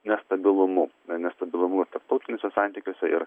nestabilumu na nestabilumu ir tarptautiniuose santykiuose ir